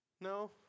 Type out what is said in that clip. No